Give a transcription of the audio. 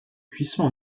cuisson